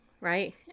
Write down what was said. right